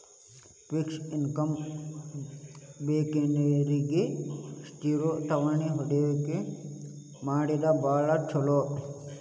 fix income ಬೇಕನ್ನೋರಿಗಿ ಸ್ಥಿರ ಠೇವಣಿ ಹೂಡಕಿ ಮಾಡೋದ್ ಭಾಳ್ ಚೊಲೋ